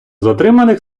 затриманих